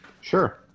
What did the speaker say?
sure